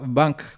bank